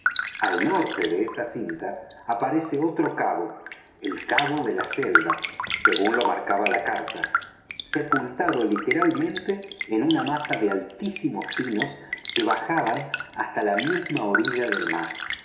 al norte de esa cinta aparece otro cabo el cabo de la selva según lo marcaba la carta sepultado literalmente en una masa de altísimos pinos que bajaban hasta la misma orilla del mar